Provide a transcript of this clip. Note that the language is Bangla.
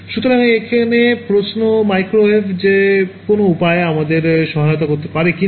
সুতরাং এখানে প্রশ্ন মাইক্রোওয়েভ যে কোনও উপায়ে আমাদের সহায়তা করতে পারে কি না